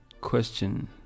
question